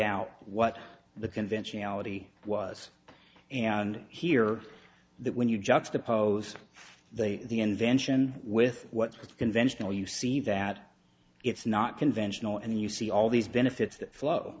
out what the conventionality was and here that when you juxtapose the the invention with what's conventional you see that it's not conventional and you see all these benefits that flow